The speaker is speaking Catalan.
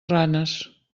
ranes